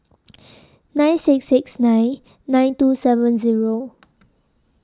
nine six six nine nine two seven Zero